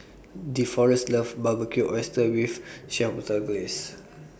Deforest loves Barbecued Oysters with Chipotle Glaze